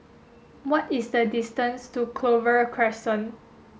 what is the distance to Clover Crescent